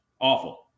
Awful